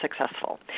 successful